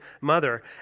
mother